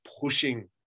pushing